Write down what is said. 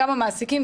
גם לטובת המעסיקים,